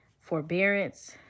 forbearance